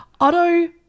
Otto